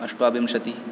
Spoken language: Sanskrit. अष्टाविंशतिः